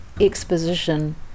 exposition